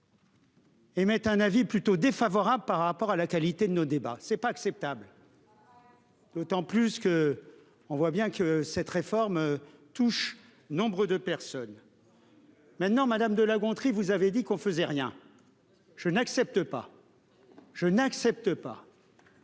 Émettent un avis plutôt défavorable par rapport à la qualité de nos débats, c'est pas acceptable. D'autant plus que on voit bien que cette réforme touche nombre de personnes. Maintenant, madame de La Gontrie. Vous avez dit qu'on faisait rien. Je n'accepte pas. Je n'accepte pas.